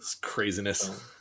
craziness